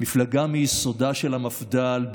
מפלגה מיסודה של המפד"ל,